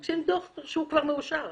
זה דוח שהוא כבר מאושר.